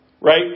right